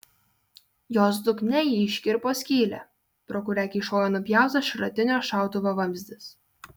jos dugne ji iškirpo skylę pro kurią kyšojo nupjautas šratinio šautuvo vamzdis